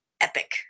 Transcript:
epic